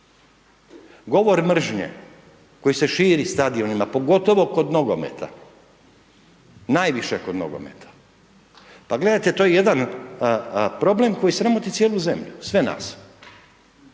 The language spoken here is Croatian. govor mržnje koji se širi stadionima pogotovo kod nogometa, najviše kod nogometa. Pa gledajte to je jedan problem koji sramoti cijelu zemlju, sve nas,